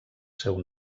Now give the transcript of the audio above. seu